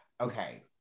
Okay